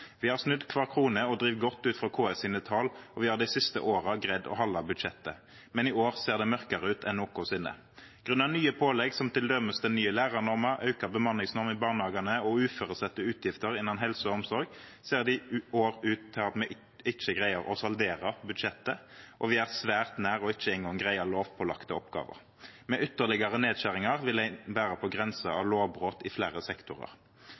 Vi har snudd kvar krone og driv godt ut frå KS sine tal, og har dei siste åra greidd å halda budsjettet. Men i år ser det mørkare ut enn nokosinne. Grunna nye pålegg som til dømes den nye lærarnorma, auka bemanningsnorm i barnehagane, og uføresette utgifter innan helse og omsorg, ser det i år ut som me ikkje greier å saldera budsjettet og vi er svært nær å ikkje ein gong greia lovpålagde oppgåver. Med ytterlegare nedskjeringar vil vi vera på grensa av lovbrot i fleire sektorar.